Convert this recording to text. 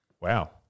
Wow